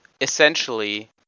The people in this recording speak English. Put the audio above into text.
essentially